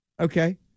Okay